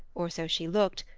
or so she looked,